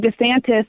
DeSantis